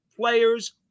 players